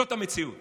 זאת המציאות